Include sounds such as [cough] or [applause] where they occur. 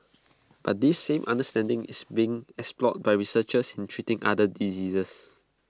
[noise] but this same understanding is being explored by researchers in treating other diseases